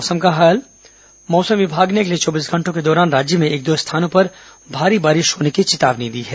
मौसम मौसम विभाग ने अगले चौबीस घंटों के दौरान राज्य में एक दो स्थानों पर भारी बारिश होने की चेतावनी दी है